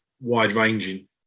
wide-ranging